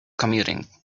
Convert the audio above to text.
commuting